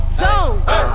zone